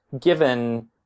given